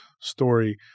story